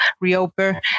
reopen